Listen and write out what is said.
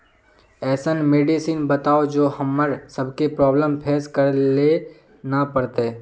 ऐसन मेडिसिन बताओ जो हम्मर सबके प्रॉब्लम फेस करे ला ना पड़ते?